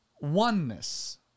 Oneness